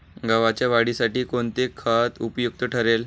गव्हाच्या वाढीसाठी कोणते खत उपयुक्त ठरेल?